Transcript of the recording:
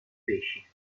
pesci